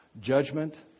judgment